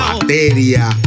Materia